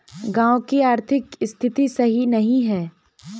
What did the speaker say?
गाँव की आर्थिक स्थिति सही नहीं है?